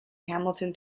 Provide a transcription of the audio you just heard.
hamilton